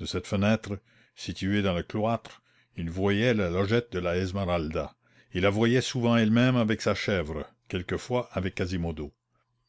de cette fenêtre située dans le cloître il voyait la logette de la esmeralda il la voyait souvent elle-même avec sa chèvre quelquefois avec quasimodo